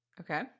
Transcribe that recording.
Okay